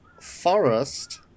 forest